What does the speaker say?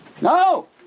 No